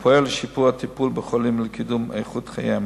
ופועל לשיפור הטיפול בחולים ולקידום איכות חייהם,